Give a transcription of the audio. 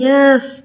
Yes